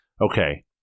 okay